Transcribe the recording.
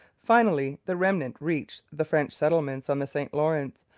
finally the remnant reached the french settlements on the st lawrence,